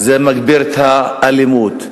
זה מגביר את האלימות,